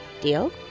Deal